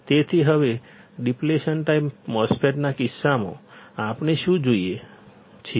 તેથી હવે depletion type MOSFET ના કિસ્સામાં આપણે શું જોઈએ છીએ